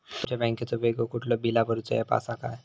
तुमच्या बँकेचो वेगळो कुठलो बिला भरूचो ऍप असा काय?